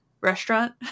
restaurant